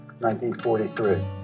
1943